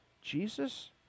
Jesus